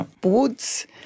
boards